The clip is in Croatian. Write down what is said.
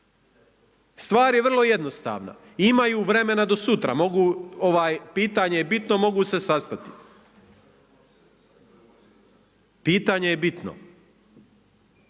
Stvar je vrlo jednostavna. Imaju vremena do sutra, pitanje je bitno, mogu se sastati. Pitanje je bitno.